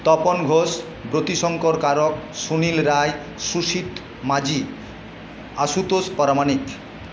Tapan Ghosh Jyotishankar Karak Sunil Roy Sushit Majhi Ashutosh Pramanik